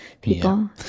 people